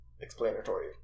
explanatory